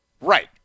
Right